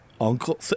uncle